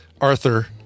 Arthur